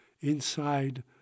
inside